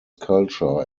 culture